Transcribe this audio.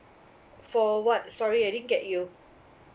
for what sorry I didn't you